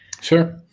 Sure